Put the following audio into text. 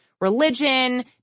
Religion